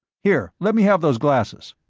here, let me have those glasses.